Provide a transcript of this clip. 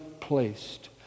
placed